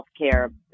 Healthcare